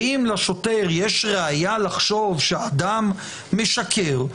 ואם לשוטר יש ראיה לחשוב שאדם משקר,